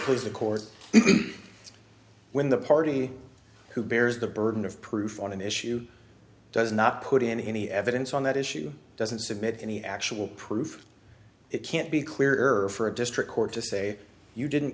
because the court when the party who bears the burden of proof on an issue does not put in any evidence on that issue doesn't submit any actual proof it can't be clearer for a district court to say you didn't